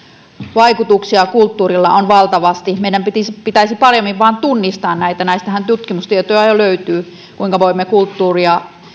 vaikutuksia kulttuurilla on valtavasti meidän pitäisi vain paremmin tunnistaa näitä tästähän tutkimustietoa jo löytyy kuinka voimme kulttuuria